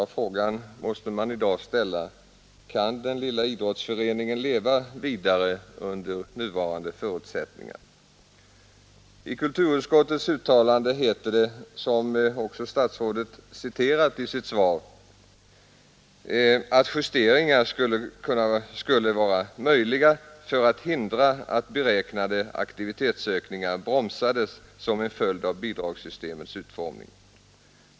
Man måste i dag ställa frågan: Kan den lilla idrottsföreningen leva vidare under nuvarande förutsättningar? I kulturutskottets uttalande 1971 hette det, vilket statsrådet också citerat i sitt svar, att justeringar skulle vara möjliga för att hindra att beräknade aktivitetsökningar bromsades som en följd av bidragssystemets utformning.